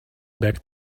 back